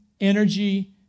energy